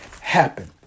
happen